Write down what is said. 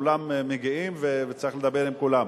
כולם מגיעים וצריך לדבר עם כולם.